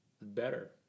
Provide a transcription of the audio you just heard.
better